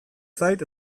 zait